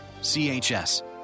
CHS